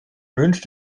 wünsch